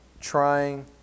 trying